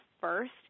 first